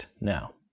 now